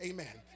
Amen